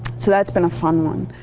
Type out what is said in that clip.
so that's been a fun one.